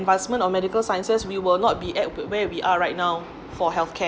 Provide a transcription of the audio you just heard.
advancement of medical sciences we will not be at where we are right now for healthcare